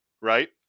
Right